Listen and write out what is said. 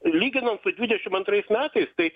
lyginant su dvidešimt antrais metais tai